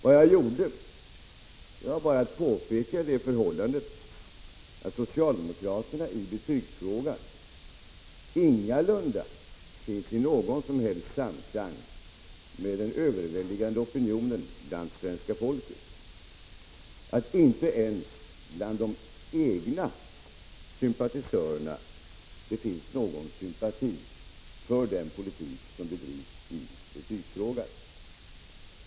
Vad jag gjorde var bara att peka få det förhållandet att socialdemokraterna i betygsfrågan ingalunda är i någon som helst samklang med den överväldigande opinionen bland svenska folket, att de inte ens har stöd från de egna sympatisörerna för den politik som drivs i betygsfrågan.